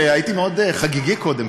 הייתי מאוד חגיגי קודם,